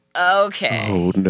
Okay